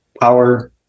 power